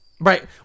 Right